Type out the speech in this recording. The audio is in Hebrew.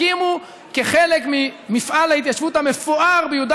הקימו כחלק ממפעל ההתיישבות המפואר ביהודה